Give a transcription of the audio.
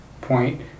point